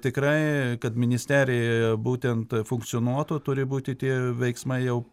tikraai kad ministerija būtent funkcionuotų turi būti tie veiksmai jau